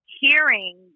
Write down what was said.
hearing